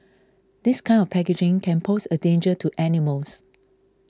this kind of packaging can pose a danger to animals